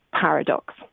paradox